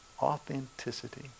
Authenticity